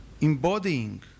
embodying